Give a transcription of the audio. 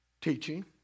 teaching